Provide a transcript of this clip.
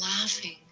laughing